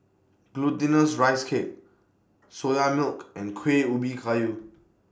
Glutinous Rice Cake Soya Milk and Kuih Ubi Kayu